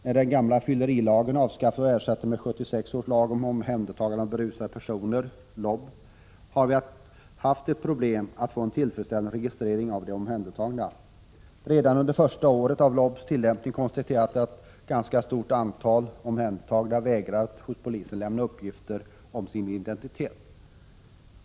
När den gamla fyllerilagen avskaffades och ersattes med 1976 års lag om omhändertagande av berusade personer fick vi problem med att få en tillfredsställande registrering av de omhändertagna. Redan under första året av LOB:s tillämpning konstaterades att ett ganska stort antal omhändertagna vägrade att hos polisen lämna uppgifter om sin identitet.